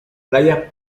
playas